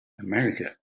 America